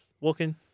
Walking